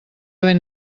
ben